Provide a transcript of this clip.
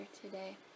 today